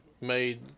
made –